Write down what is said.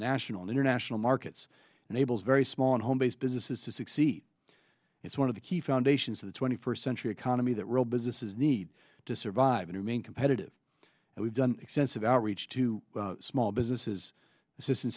national and international markets and abel's very small home based businesses to succeed it's one of the key foundations of the twenty first century economy that will businesses need to survive and remain competitive and we've done extensive outreach to small businesses assistan